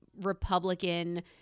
Republican